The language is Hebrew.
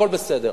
הכול בסדר.